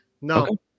No